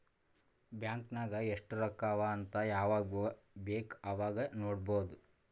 bank ನಾಗ್ ಎಸ್ಟ್ ರೊಕ್ಕಾ ಅವಾ ಅಂತ್ ಯವಾಗ ಬೇಕ್ ಅವಾಗ ನೋಡಬೋದ್